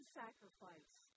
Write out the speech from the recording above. sacrifice